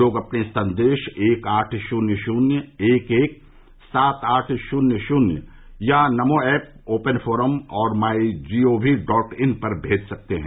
लोग अपने संदेश एक आठ शून्य शून्य एक एक सात आठ शून्य शून्य या नमो एप ओपन फोरम और my G O V dot in पर भेज सकते हैं